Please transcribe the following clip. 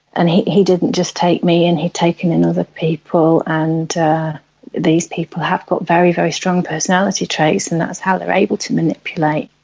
and he he didn't just take me in, he'd taken in other people. and these people have got very, very strong personality traits, and that's how they are able to manipulate.